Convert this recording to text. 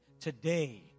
today